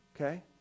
okay